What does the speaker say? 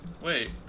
Wait